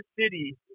City